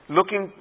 Looking